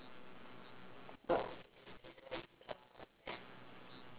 the